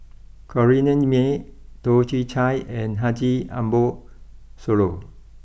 Corrinne May Toh Chin Chye and Haji Ambo Sooloh